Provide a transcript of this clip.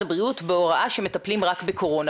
הבריאות בהוראה שמטפלים רק בקורונה,